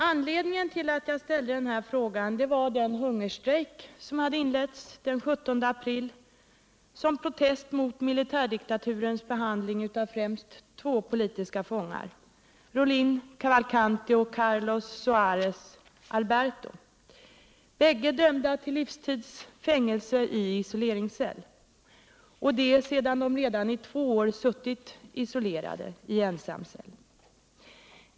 Anledningen till att jag ställde frågan var den hungerstrejk som inleddes den 17 april som protest mot militärdiktaturens behandling av främst två politiska fångar, Rholine Cavalcanti och Carlos Soares Alberto, bägge dömda till livstids fängelse i isoleringscell efter att redan i två år ha suttit isolerade.